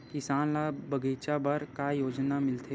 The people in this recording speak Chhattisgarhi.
किसान ल बगीचा बर का योजना मिलथे?